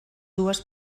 dues